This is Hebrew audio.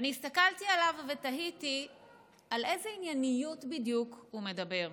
ואני הסתכלתי עליו ותהיתי על איזה ענייניות בדיוק הוא מדבר,